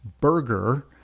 burger